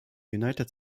united